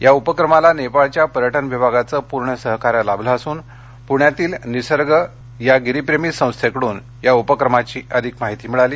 या उपक्रमाला नेपाळच्या पर्यटन विभागाचं पूर्ण सहकार्य लाभलं असून पुण्यातील निसर्ग या गिरीप्रेमी संस्थेकडून या उपक्रमाची अधिक माहिती मिळाली